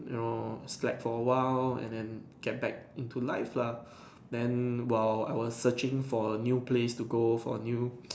you know slack for a while and then get back into life ah then while I was searching for a new place to go for new